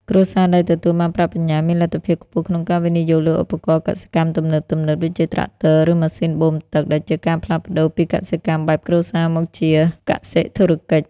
គ្រួសារដែលទទួលបានប្រាក់បញ្ញើមានលទ្ធភាពខ្ពស់ក្នុងការវិនិយោគលើឧបករណ៍កសិកម្មទំនើបៗ ដូចជាត្រាក់ទ័រ ឬម៉ាស៊ីនបូមទឹក ដែលជាការផ្លាស់ប្តូរពីកសិកម្មបែបគ្រួសារមកជាកសិធុរកិច្ច។